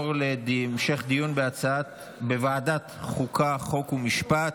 ותעבור להמשך דיון בוועדת החוקה, חוק ומשפט.